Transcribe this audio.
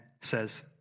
says